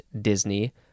Disney